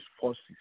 forces